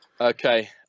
Okay